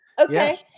Okay